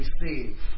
receive